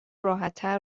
راحتتر